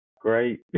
great